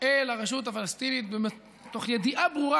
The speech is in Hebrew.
אל הרשות הפלסטינית מתוך ידיעה ברורה,